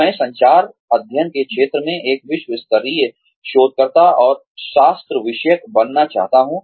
मैं संचार अध्ययन के क्षेत्र में एक विश्व स्तरीय शोधकर्ता और शास्र विषयक बनना चाहता हूं